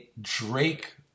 Drake